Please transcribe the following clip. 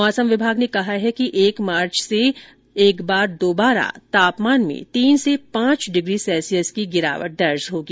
मौसम विभाग ने कहा है कि एक मार्च से एक बार दोबारा तापमान में तीन से पांच डिग्री सेल्सियस की गिरावट दर्ज होगी